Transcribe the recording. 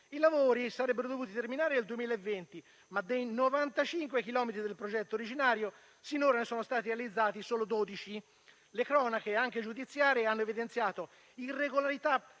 I lavori sarebbero dovuti terminare nel 2020, ma dei novantacinque chilometri del progetto originario, finora ne sono stati realizzati solo dodici. Le cronache, anche giudiziarie, hanno evidenziato irregolarità